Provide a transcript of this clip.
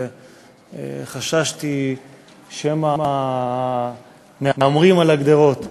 וחששתי שמא המהמרים על הגדרות.